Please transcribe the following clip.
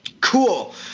Cool